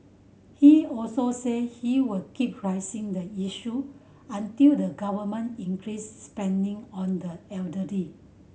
he also said he would keep raising the issue until the Government increased spending on the elderly